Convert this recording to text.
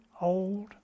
old